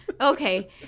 Okay